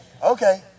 Okay